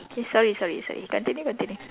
sorry sorry sorry continue continue